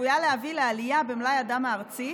שצפויה להביא לעלייה במלאי הדם הארצי,